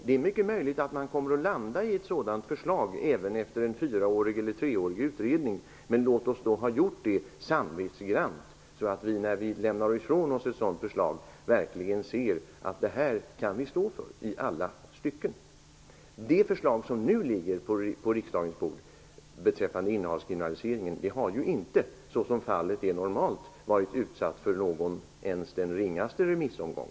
Det är mycket möjligt att man kommer att landa på ett sådant förslag även efter en treårig eller fyraårig utredning, men låt oss först samvetsgrant göra den, så att vi när vi lägger fram ett sådant här förslag verkligen kan säga att vi kan stå för det i alla stycken. Det förslag som nu ligger på riksdagens bord beträffande innehavskriminalisering har ju inte, till skillnad från vad som normalt är fallet, varit utsatt för ens den ringaste remissomgång.